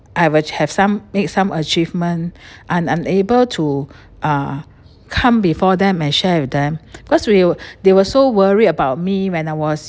I will have some make some achievement I'm unable to uh come before them and share with them cause will they were so worry about me when I was